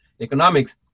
economics